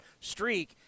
streak